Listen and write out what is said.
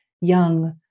young